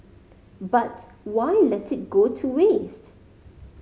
but why let it go to waste